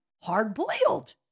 hard-boiled